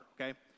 okay